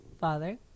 Father